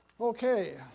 Okay